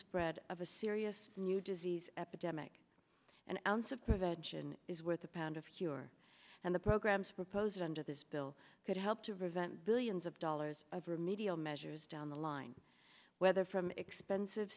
spread of a serious new disease epidemic an ounce of prevention is worth a pound of cure and the programs proposed under this bill could help to vent billions of dollars of remedial measures down the line whether from expensive